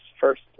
first